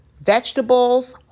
vegetables